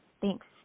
Thanks